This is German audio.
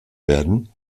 werden